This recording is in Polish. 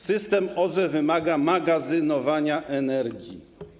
System OZE wymaga magazynowania energii.